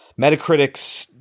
Metacritic's